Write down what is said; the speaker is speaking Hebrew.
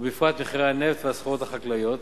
ובפרט מחירי הנפט והסחורות החקלאיות.